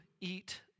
eat